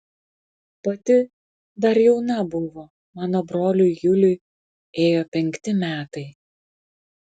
pati dar jauna buvo mano broliui juliui ėjo penkti metai